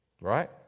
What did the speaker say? Right